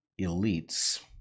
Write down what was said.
elites